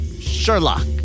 Sherlock